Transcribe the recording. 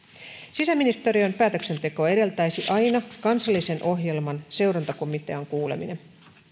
sisäministeriön päätöksentekoa edeltäisi aina kansallisen ohjelman seurantakomitean kuuleminen